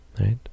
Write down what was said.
right